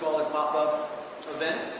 pop-up events